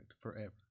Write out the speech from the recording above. forever